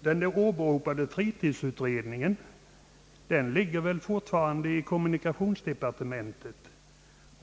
den åberopade fritidsutredningen fortfarande i kommunikationsdepartementet.